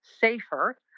safer